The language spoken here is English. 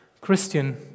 Christian